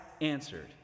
answered